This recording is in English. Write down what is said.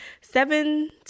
seven